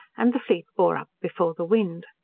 and the fleet bore up before the wind.